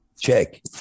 check